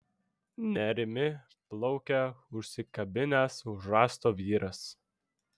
nerimi plaukia užsikabinęs už rąsto vyras